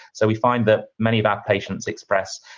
so, we find that many of our patients express,